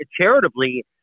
charitably